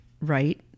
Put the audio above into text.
right